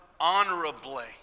honorably